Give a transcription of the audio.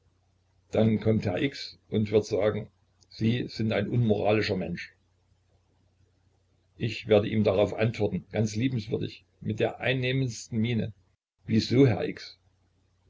dann kommt herr x und wird sagen sie sind ein unmoralischer mensch ich werde ihm darauf antworten ganz liebenswürdig mit der einnehmendsten miene wieso herr x